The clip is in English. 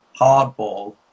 hardball